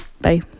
Bye